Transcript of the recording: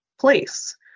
place